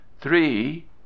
three